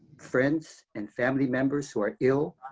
friends and family members who are ill.